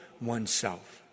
oneself